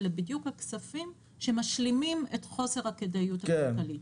ואלה בדיוק הכספים שמשלימים את חוסר הכדאיות הכלכלית.